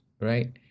right